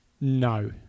No